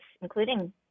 including